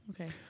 Okay